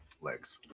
legs